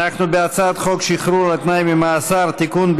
אנחנו בהצעת חוק שחרור על תנאי ממאסר (תיקון,